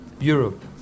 Europe